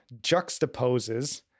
juxtaposes